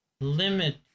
limit